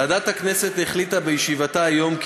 ועדת הכנסת החליטה בישיבתה היום כי